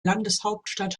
landeshauptstadt